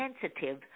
sensitive